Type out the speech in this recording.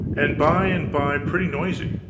and by and by pretty noisy.